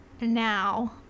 now